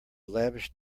lavish